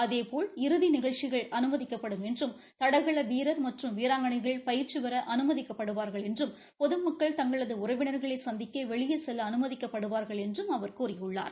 அதேபோல் இறுதி நிகழ்ச்சிகள் அனுமதிக்கப்படும் என்றும் தடகள வீரா மற்றும் வீராங்கணைகள் பயிற்சி பெற அனுமதிக்கப்படுவார்கள் என்றும் பொதுமக்கள் தங்களது உறவினர்களை சந்திக்க வெளியே செல்ல அனுமதிக்கப்படுவார்கள் என்றும் அவர் கூறியுள்ளார்